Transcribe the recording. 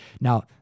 Now